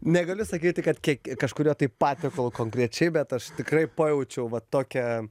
negaliu sakyti kad kiek kažkurio tai patiekalo konkrečiai bet aš tikrai pajaučiau va tokią